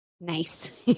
Nice